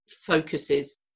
focuses